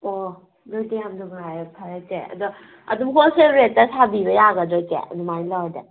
ꯑꯣ ꯑꯗꯨꯗꯤ ꯌꯥꯝ ꯅꯨꯡꯉꯥꯏꯔꯦ ꯐꯔꯦ ꯆꯦ ꯑꯗꯣ ꯑꯗꯨꯝ ꯍꯣꯜꯁꯦꯜ ꯔꯦꯠꯇ ꯁꯥꯕꯤꯕ ꯌꯥꯒꯗ꯭ꯔꯥ ꯏꯆꯦ ꯑꯗꯨꯃꯥꯏꯅ ꯂꯧꯔꯗꯤ